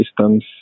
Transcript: systems